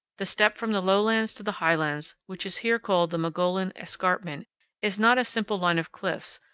the step from the lowlands to the highlands which is here called the mogollon escarpment is not a simple line of cliffs,